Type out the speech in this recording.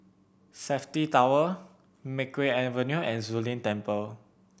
Safti Tower Makeway Avenue and Zu Lin Temple